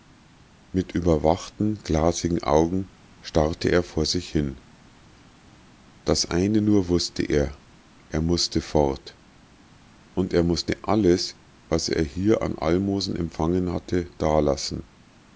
mit überwachten glasigen augen starrte er vor sich hin das eine nur wußte er er mußte fort und er mußte alles was er hier an almosen empfangen hatte dalassen